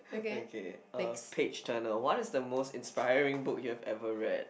okay uh page turner what is the most inspiring book you have ever read